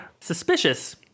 Suspicious